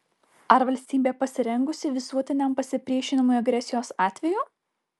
ar valstybė pasirengusi visuotiniam pasipriešinimui agresijos atveju